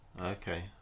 Okay